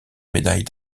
médailles